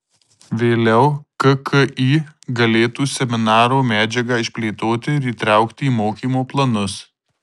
vėliau kki galėtų seminaro medžiagą išplėtoti ir įtraukti į mokymo planus